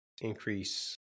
increase